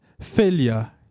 failure